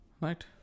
Right